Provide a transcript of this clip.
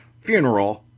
funeral